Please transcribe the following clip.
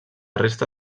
resta